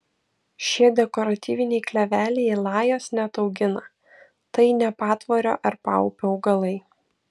šie dekoratyviniai kleveliai lajos neataugina tai ne patvorio ar paupio augalai